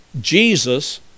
Jesus